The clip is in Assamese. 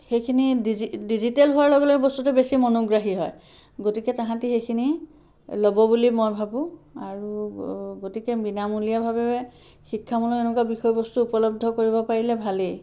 সেইখিনি ডিজি ডিজিটেল হোৱাৰ লগে লগে বস্তুটো বেছি মনোগ্ৰাহী হয় গতিকে তাহাঁতি সেইখিনি ল'ব বুলি মই ভাবো আৰু গতিকে বিনামূলীয়াভাৱে শিক্ষামূলক এনেকুৱা বিষয়বস্তু উপলব্ধ কৰিব পাৰিলে ভালেই